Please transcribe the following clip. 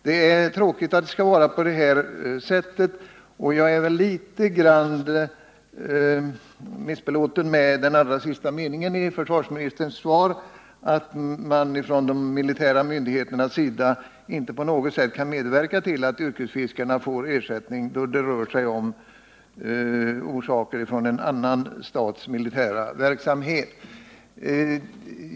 Det är tråkigt att det skall vara på det sättet, och jag är litet grand missbelåten med den allra sista meningen i försvarsministerns svar, där det sägs att de militära myndigheterna inte på något sätt kan medverka till att yrkesfiskarna får ersättning, då det rör sig om skador som har orsakats av en annan stats militära verksamhet.